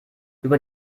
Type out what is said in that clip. über